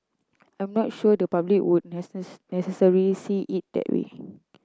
I'm not sure the public would necessarily see it that way